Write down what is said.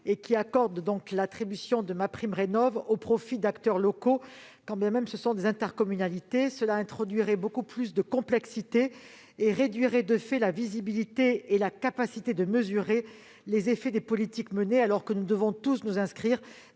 qui accorde aujourd'hui MaPrimeRenov', au profit d'acteurs locaux, quand bien même il s'agirait d'intercommunalités. Cela introduirait beaucoup de complexité et réduirait, de fait, la visibilité et la capacité de mesurer les effets des politiques menées, alors que nous devons tous faire